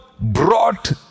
brought